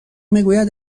میگوید